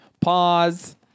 pause